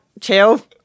chill